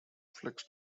flex